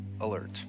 alert